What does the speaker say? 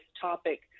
topic